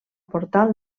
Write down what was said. portal